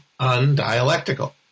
undialectical